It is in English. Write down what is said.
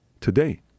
today